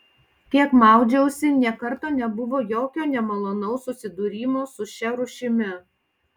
kiek maudžiausi nė karto nebuvo jokio nemalonaus susidūrimo su šia rūšimi